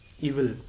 evil